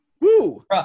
Woo